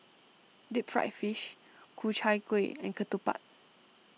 Deep Fried Fish Ku Chai Kueh and Ketupat